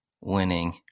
winning